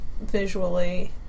visually